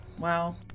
wow